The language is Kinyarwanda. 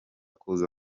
kuza